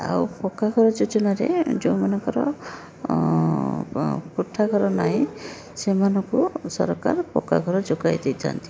ଆଉ ପକ୍କା ଘର ଯୋଜନାରେ ଯେଉଁମାନଙ୍କର କୋଠା ଘର ନାହିଁ ସେମାନଙ୍କୁ ସରକାର ପକ୍କା ଘର ଯୋଗାଇ ଦେଇଥାଆନ୍ତି